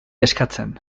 eskatzen